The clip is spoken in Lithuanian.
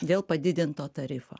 dėl padidinto tarifo